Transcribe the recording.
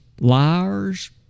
liars